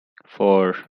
four